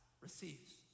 receives